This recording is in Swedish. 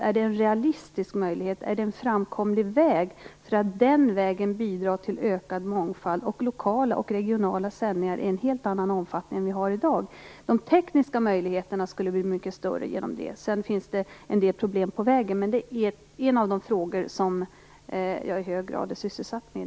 Är det en realistisk möjlighet? Är det en framkomlig väg för att på det sättet bidra till en ökad mångfald och till lokala och regionala sändningar i en helt annan omfattning än vi i dag har? De tekniska möjligheterna skulle bli mycket större på det sättet. Sedan finns det en del problem på vägen, men det här är en av de frågor som jag just nu i hög grad är sysselsatt med.